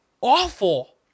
awful